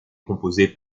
composée